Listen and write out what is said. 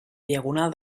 diagonal